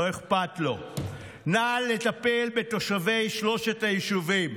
לא אכפת לו, נא לטפל בתושבי שלושת היישובים.